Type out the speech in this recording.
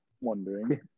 wondering